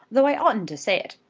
though i oughtn't to say it.